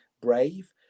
brave